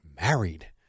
married